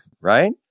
Right